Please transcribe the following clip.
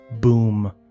boom